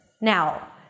Now